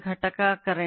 471